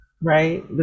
right